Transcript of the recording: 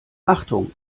achtung